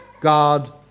God